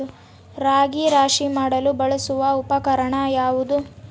ರಾಗಿ ರಾಶಿ ಮಾಡಲು ಬಳಸುವ ಉಪಕರಣ ಯಾವುದು?